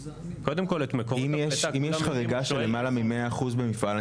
קודם כל את מקורות הפליטה --- אם יש חריגה של למעלה ממאה אחוז במפעל,